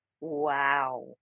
Wow